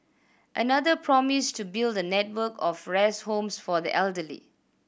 another promised to build a network of rest homes for the elderly